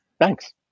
thanks